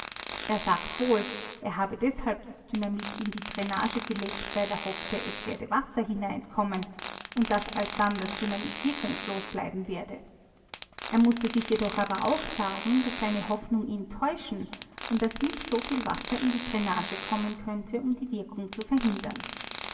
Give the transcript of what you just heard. er sagt wohl er habe deshalb das dynamit in die dränage gelegt weil er hoffte es werde wasser hineinkommen und daß alsdann das dynamit wirkungslos bleiben werde er mußte sich jedoch aber auch sagen daß seine hoffnung ihn täuschen und daß nicht soviel wasser in die dränage kommen könnte um die wirkung zu verhindern